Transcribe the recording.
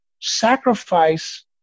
sacrifice